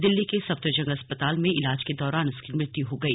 दिल्ली के सफदरजंग अस्पताल में इलाज के दौरान उसकी मृत्यु हो गई